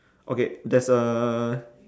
okay there's a